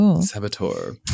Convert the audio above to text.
Saboteur